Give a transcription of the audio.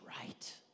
right